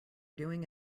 doing